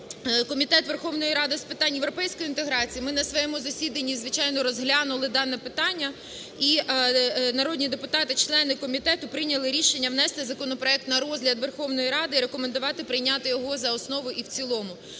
Комітет Верховної Ради з питань європейської інтеграції, ми на своєму засіданні, звичайно, розглянули дане питання, і народні депутати, члени комітету, прийняли рішення внести законопроект на розгляд Верховної Ради і рекомендувати прийняти його за основу і в цілому.